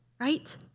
right